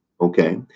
okay